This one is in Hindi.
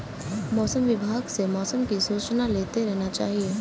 मौसम विभाग से मौसम की सूचना लेते रहना चाहिये?